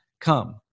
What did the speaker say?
Come